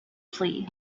plea